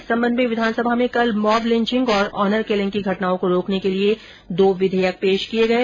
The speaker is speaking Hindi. इस संबंध में विधानसभा में कल मॉब लिंचिंग और ऑनर किलिंग की घटनाओं को रोकने के लिए दो विधेयक पेश किए गए